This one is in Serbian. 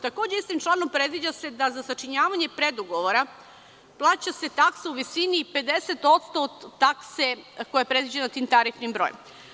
Takođe, istim članom predviđa se da za sačinjavanje predugovora, plaća se taksa u visini i 50% od takse koja je predviđena tim tarifnim brojem.